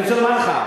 אני רוצה לומר לך,